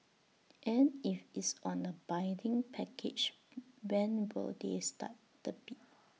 and if it's on A bidding package when will they start the bid